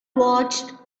watched